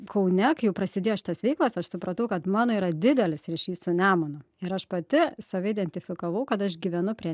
kaune kai jau prasidėjo šitos veiklos aš supratau kad mano yra didelis ryšys su nemunu ir aš pati save identifikavau kad aš gyvenu prie